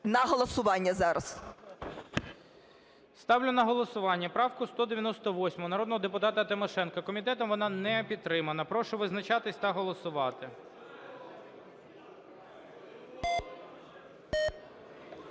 на голосування зараз. ГОЛОВУЮЧИЙ. Ставлю на голосування правку 198 народного депутата Тимошенко. Комітетом вона не підтримана. Прошу визначатися та голосувати. 12:36:54